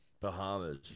Bahamas